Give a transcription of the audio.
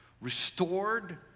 Restored